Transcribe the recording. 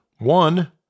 One